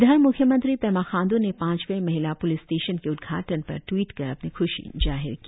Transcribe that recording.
इधर म्ख्य मंत्री पेमा खाण्ड् ने पांचवे महिला प्लिस स्टेशन के उद्घाटन पर ट्वीट कर अपनी ख्शी जाहिर की